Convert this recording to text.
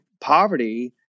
poverty